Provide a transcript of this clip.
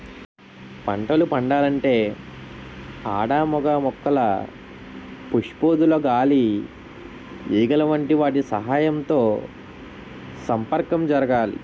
పంటలు పండాలంటే ఆడ మగ మొక్కల పుప్పొడులు గాలి ఈగలు వంటి వాటి సహాయంతో సంపర్కం జరగాలి